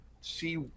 see